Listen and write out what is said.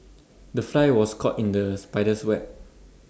the fly was caught in the spider's web